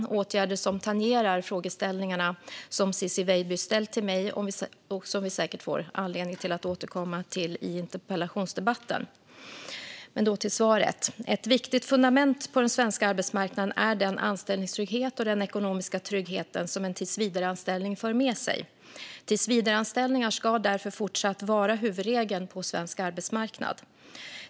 Det är åtgärder som tangerar frågorna som Ciczie Weidby har ställt till mig och som vi säkert får anledning att återkomma till i interpellationsdebatten. Då till svaret. Ett viktigt fundament på den svenska arbetsmarknaden är den anställningstrygghet och den ekonomiska trygghet som en tillsvidareanställning för med sig. Tillsvidareanställningar ska därför även i fortsättningen vara huvudregeln på svensk arbetsmarknad.